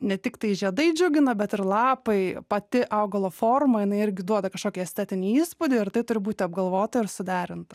ne tiktai žiedai džiugina bet ir lapai pati augalo forma jinai irgi duoda kažkokį estetinį įspūdį ir tai turi būti apgalvota ir suderinta